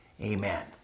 amen